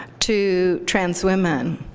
to trans women